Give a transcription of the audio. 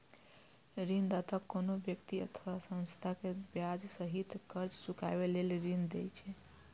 ऋणदाता कोनो व्यक्ति अथवा संस्था कें ब्याज सहित कर्ज चुकाबै लेल ऋण दै छै